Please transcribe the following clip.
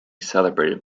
celebrated